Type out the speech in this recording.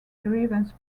grievance